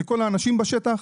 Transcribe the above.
לכל האנשים בשטח.